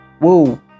Whoa